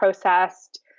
processed